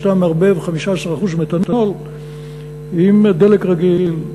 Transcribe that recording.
כשאתה מערבב 15% מתנול עם דלק רגיל,